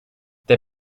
der